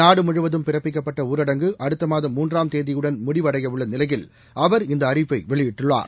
நாடு முழுவதும் பிறப்பிக்கப்பட்ட ஊரங்கு அடுத்த மாதம் மூன்றாம் தேதியுடன் முடிவடைய உள்ள நிலையில் அவர் இந்த அறிவிப்பை வெளியிட்டுள்ளார்